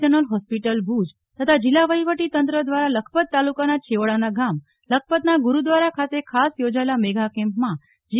general hospital Bhuj તથા જિલ્લા વહીવટી તંત્ર દ્વારા લખપતના છેવાડાના ગામ લખપતના ગુરુદ્વારા ખાતે ખાસ યોજાયેલા મેગા કેમ્પમાં જી